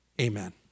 amen